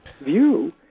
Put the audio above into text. view